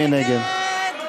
61 התנגדו,